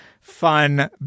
fun